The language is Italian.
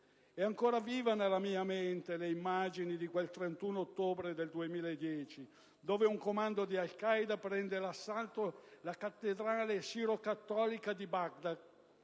ancora vive nella mia mente le immagini di quel 31 ottobre 2010 quando un comando di Al Qaeda ha preso d'assalto la cattedrale sirocattolica di Baghdad;